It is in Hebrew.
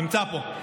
נמצא פה.